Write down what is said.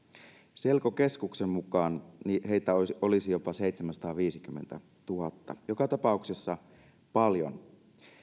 selkokeskuksen mukaan heitä olisi olisi jopa seitsemänsataaviisikymmentätuhatta joka tapauksessa paljon